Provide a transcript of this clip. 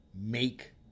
make